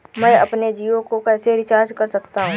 मैं अपने जियो को कैसे रिचार्ज कर सकता हूँ?